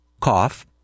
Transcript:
cough